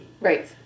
Right